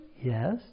Yes